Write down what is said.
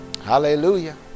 Hallelujah